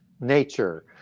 nature